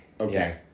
Okay